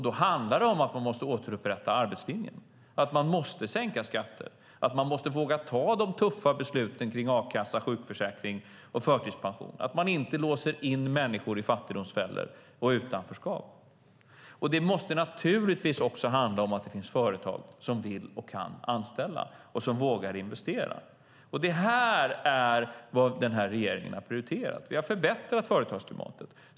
Då handlar det om att man måste återupprätta arbetslinjen, att man måste sänka skatter, att man måste våga ta de tuffa besluten kring a-kassa, sjukförsäkring och förtidspension och att man inte låser in människor i fattigdomsfällor och utanförskap. Det måste naturligtvis också handla om att det finns företag som vill och kan anställa och som vågar investera. Det här är vad den här regeringen har prioriterat. Vi har förbättrat företagsklimatet.